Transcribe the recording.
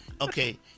okay